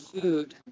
food